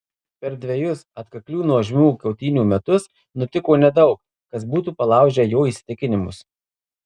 per dvejus atkaklių nuožmių kautynių metus nutiko nedaug kas būtų palaužę jo įsitikinimus